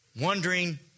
wondering